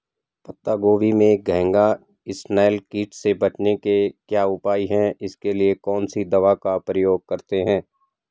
पत्ता गोभी में घैंघा इसनैल कीट से बचने के क्या उपाय हैं इसके लिए कौन सी दवा का प्रयोग करते हैं?